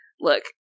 Look